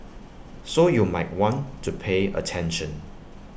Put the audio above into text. so you might want to pay attention